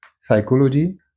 psychology